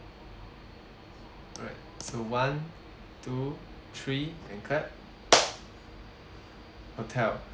alright so one two three and clap hotel